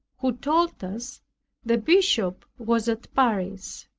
who told us the bishop was at paris.